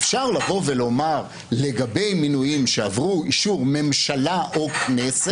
אפשר לומר: לגבי מינויים שעברו אישור ממשלה או כנסת,